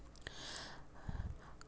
ಕಡಲಿ ಒಣಗ್ಯಾವು ಎಂದು ತಿಳಿದು ಕೊಳ್ಳೋದು ಹೇಗೆ?